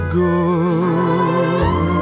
good